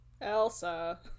Elsa